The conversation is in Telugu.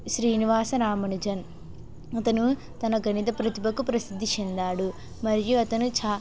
శ్రీనివాస రామనుజన్ అతను తన గణిత ప్రతిభకు ప్రసిద్ధి చెందాడు మరియు అతను